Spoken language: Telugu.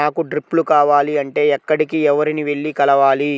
నాకు డ్రిప్లు కావాలి అంటే ఎక్కడికి, ఎవరిని వెళ్లి కలవాలి?